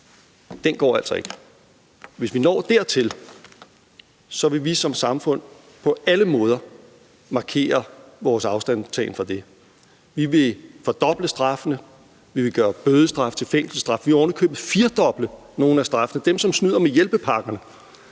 Den går altså ikke; hvis vi når dertil, vil vi som samfund på alle måder markere vores afstandtagen fra det; vi vil fordoble straffene; vi vil gøre bødestraf til fængselsstraf; vi vil ovenikøbet firedoble nogle af straffene; for dem, som snyder med hjælpepakkerne,